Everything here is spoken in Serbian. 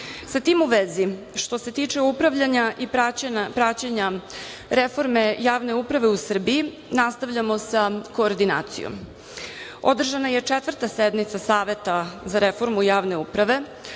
tim u vezi što se tiče upravljanja i praćenja reforme javne uprave u Srbiji, nastavljamo sa koordinacijom. Održana je četvrta sednica saveta sa reformu javne uprave,